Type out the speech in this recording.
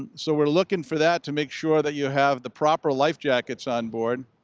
so we're looking for that to make sure that you have the proper life jackets onboard.